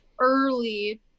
early